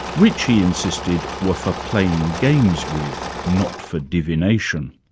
which he insisted were for playing games with, not for divination.